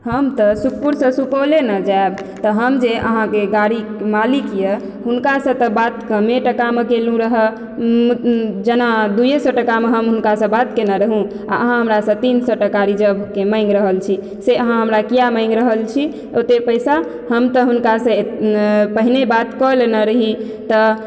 हम तऽ सुखपुर सऽ सुपौले ने जायब तऽ हम जे अहाँके गाड़ीके मालिक यऽ हुनका सऽ तऽ बात कमे टाका मे कएलहुॅं रहऽ जेना दूइये सए टकामे हम हुनका सऽ बात केने रहौं आ अहाँ हमरा सऽ तीन सए टका रिजर्व के माँगि रहल छी से अहाँ हमरा किया माँगि रहल छी ओते पैसा हम तऽ हुनका से पहिने बात कऽ लेने रही तऽ